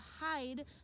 hide